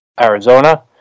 Arizona